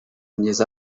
myiza